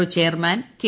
O chairman K